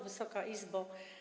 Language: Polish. Wysoka Izbo!